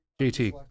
jt